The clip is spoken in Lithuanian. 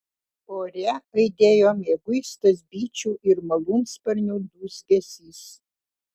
ore aidėjo mieguistas bičių ir malūnsparnių dūzgesys